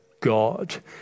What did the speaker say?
God